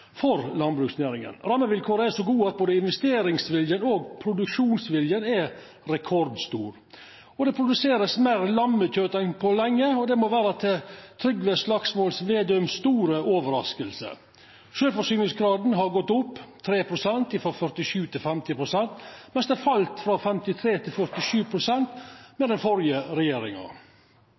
for landbruksnæringa. Rammevilkåra er så gode at både investeringsviljen og produksjonsviljen er rekordstor. Det vert produsert meir lammekjøt enn på lenge, og det må vera til Trygve Slagsvold Vedums store overrasking. Sjølvforsyningsgraden har gått opp tre prosentpoeng, frå 47 pst. til 50 pst., mens han fall frå 53 pst. til 47 pst. med den førre regjeringa.